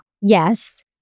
yes